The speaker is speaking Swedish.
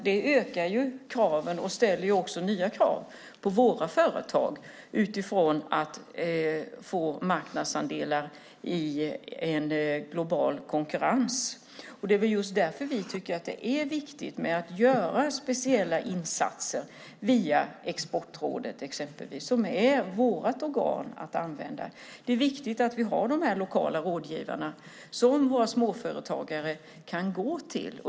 Det ökar kraven och ställer nya krav på våra företag att få marknadsandelar i global konkurrens. Det är därför vi tycker att det är viktigt att göra speciella insatser via till exempel Exportrådet. Det är vårt organ. Det är viktigt att vi har de lokala rådgivarna som småföretagarna kan gå till.